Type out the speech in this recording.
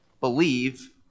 believe